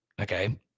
okay